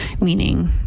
meaning